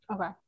Okay